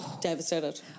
devastated